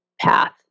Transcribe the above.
path